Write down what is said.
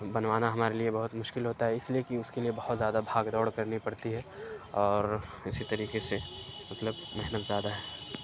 بنوانا ہمارے لیے بہت مشکل ہوتا ہے اِس کے لیے کہ اِس کے لیے بہت زیادہ بھاگ دوڑ کرنی پڑتی ہے اِسی طریقے سے مطلب محنت زیادہ ہے